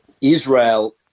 Israel